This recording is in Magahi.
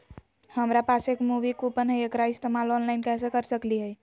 हमरा पास एक मूवी कूपन हई, एकरा इस्तेमाल ऑनलाइन कैसे कर सकली हई?